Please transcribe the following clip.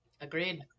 Agreed